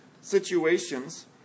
situations